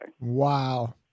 Wow